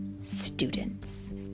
students